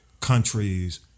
countries